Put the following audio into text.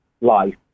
life